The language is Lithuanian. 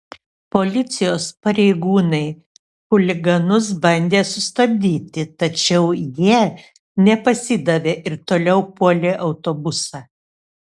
policijos pareigūnai chuliganus bandė sustabdyti tačiau jie nepasidavė ir toliau puolė autobusą